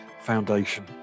Foundation